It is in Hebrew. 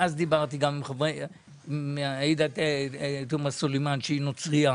אז דיברתי גם עם עאידה תומא סלימאן שהיא נוצרייה